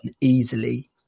easily